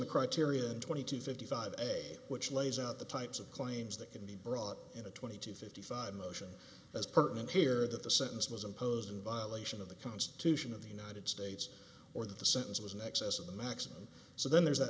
the criterion twenty two fifty five which lays out the types of claims that can be brought in a twenty to fifty five motion as pertinent here that the sentence was imposed in violation of the constitution of the united states or that the sentence was in excess of the maximum so then there's a